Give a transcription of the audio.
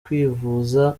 kwivuza